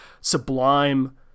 sublime